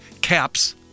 caps